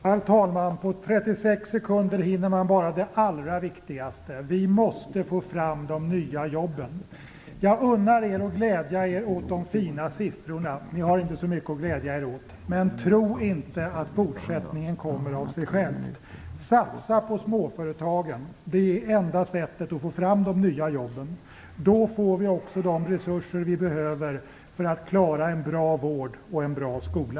Herr talman! På de 36 sekunder som jag har till förfogande hinner jag bara säga det allra viktigaste. Vi måste få fram de nya jobben. Jag unnar er att glädjas åt de fina siffrorna - ni har inte så mycket att glädja er åt - men tro inte att fortsättningen kommer av sig självt! Satsa på småföretagen! Det är enda sättet att få fram de nya jobben. Då får vi också de resurser vi behöver för att klara en bra vård och en bra skola.